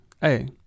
Hey